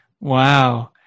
Wow